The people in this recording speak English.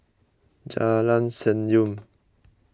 Jalan Senyum